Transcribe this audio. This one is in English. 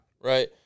Right